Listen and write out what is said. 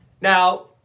Now